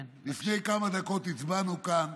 לפני כמה דקות הצבענו כאן